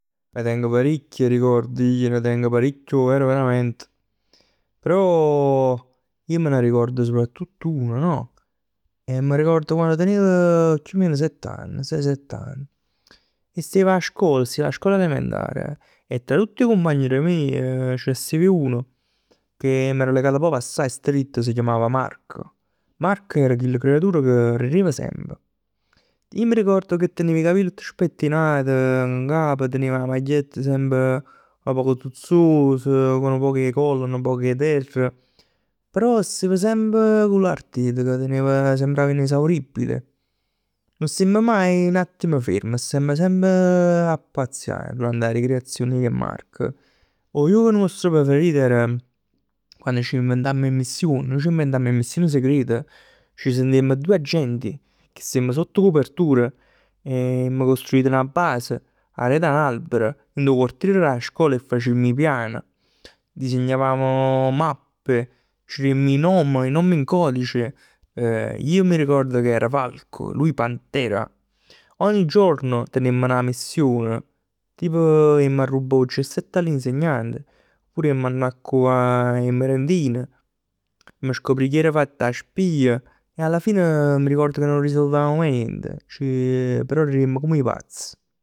Ne teng paricchj 'e ricordi, ij ne tengo paricchj o ver verament. Però ij me ne ricord soprattutt uno no? E m'arricord quann tenev chiù o men sett'ann. Sei, sett'ann e stev 'a scol. Stev 'a scol elementar e tra tutt 'e cumpagn d'e meje ce ne stev uno che m'ero legato proprj assaje stritt e s' chiamav Marco. Marco era chillu creatur che rirev semp. Ij m'arricord ca tenev 'e capill tutt spettinat n'gap. Tenev 'a magliett semp nu poc zuzzos, cu nu poc 'e colla, nu poc 'e terr. Però stev semp cu l'arteteca, tenev, sembrav inesauribile. Nun stev maje n'attimo ferm, stev semp a pazzià durant 'a ricreazion ij e Marc. 'O juoc nuost preferit era quann c'inventamm 'e mission, nuje c'inventamm 'e missioni segrete. Ci sentiemm doje agenti ca stevm sotto copertura e emm costruit 'na base a'ret a n'albero dint'o quartiere d'a scola e facemm 'e pian. Disegnavamo mappe, ci demm 'e nomi, 'e nomi in codice. Io mi ricordo che ero falco, lui pantera. Ogni giorno teniemm 'na mission, tipo jemm 'a arrubbà 'o gessetto a l'insegnante, oppure jemm a annaccuvà 'e merendine. Amma scoprì chi er' fatt 'a spia. E alla fine mi ricordo che non risolvevamo mai niente. Ci però riremmo com 'e pazz.